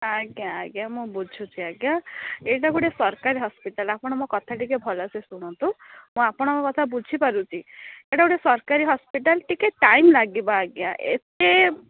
ଆଜ୍ଞା ଆଜ୍ଞା ମୁଁ ବୁଝୁଛି ଆଜ୍ଞା ଏଇଟା ଗୋଟିଏ ସରକାରୀ ହସ୍ପିଟାଲ ଆପଣ ମୋ କଥା ଟିକିଏ ଭଲସେ ଶୁଣନ୍ତୁ ମୁଁ ଆପଣଙ୍କ କଥା ବୁଝିପାରୁଛି ଏଇଟା ଗୋଟେ ସରକାରୀ ହସ୍ପିଟାଲ ଟିକିଏ ଟାଇମ୍ ଲାଗିବ ଆଜ୍ଞା ଏତେ